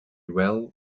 well